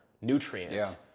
nutrient